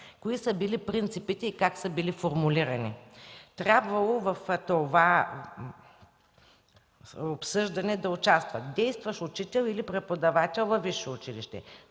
Кои са били принципите и как са били формулирани? Трябвало е в това обсъждане да участват действащ учител или преподавател във висше училище.